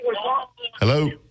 Hello